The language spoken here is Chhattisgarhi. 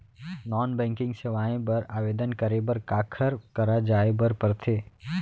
नॉन बैंकिंग सेवाएं बर आवेदन करे बर काखर करा जाए बर परथे